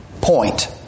point